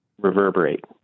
reverberate